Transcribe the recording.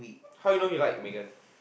how you know he like Megan